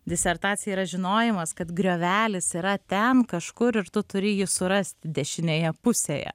disertacija yra žinojimas kad griovelis yra ten kažkur ir tu turi jį surasti dešinėje pusėje